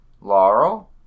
Laurel